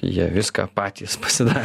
jie viską patys pasidaro